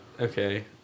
Okay